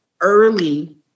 early